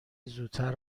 زودتر